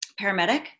paramedic